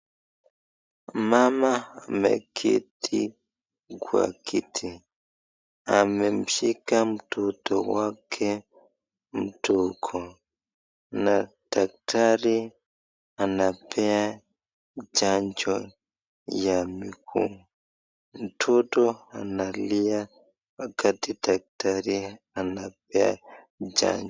Mama ameketi kwa kiti, amemshika mtoto wake mndogo na daktari anaoea chanjo ya mikono, mtoto analia wakati daktari anaoea chanjo.